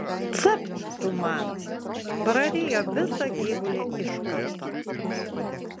capt tu man prarijo visą gyvulį iš karto